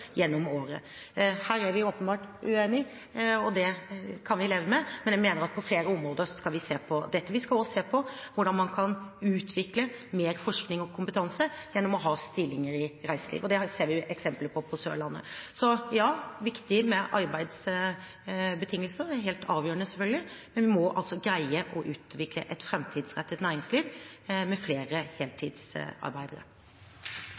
gjennom året. Her er vi åpenbart uenige, og det kan vi leve med, men jeg mener at på flere områder skal vi se på dette. Vi skal også se på hvordan man kan utvikle mer forskning og kompetanse gjennom å ha stillinger i reiselivet. Det ser vi jo eksempler på på Sørlandet. Så ja, det er viktig med arbeidsbetingelser, det er helt avgjørende, selvfølgelig, men vi må altså greie å utvikle et framtidsrettet næringsliv med flere heltidsarbeidere.